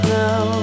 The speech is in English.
now